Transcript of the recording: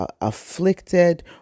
afflicted